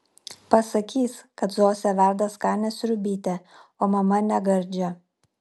pasakys kad zosė verda skanią sriubytę o mama negardžią